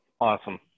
Awesome